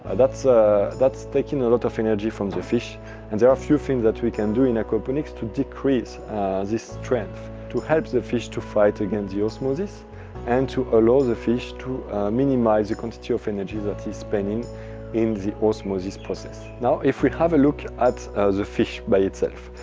ah that's that's taking a lot of energy from the fish and there are a few things that we can do in aquaponics to decrease this strength, to help the fish to fight against the osmosis and to allow the fish to minimize the quantity of energy that he's spending in the osmosis process. now, if we have a look at the fish by itself,